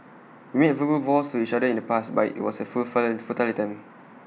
we made verbal vows to each other in the past but IT was A fulfill futile attempt